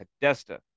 Podesta